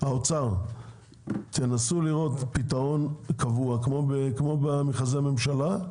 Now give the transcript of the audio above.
האוצר, תנסו לראות פתרון קבוע, כמו במכרזי ממשלה,